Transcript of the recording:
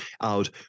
out